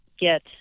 get